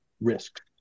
risks